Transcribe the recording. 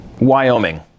Wyoming